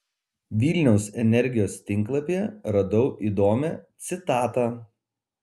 vilniaus energijos tinklapyje radau įdomią citatą